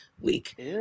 week